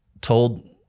told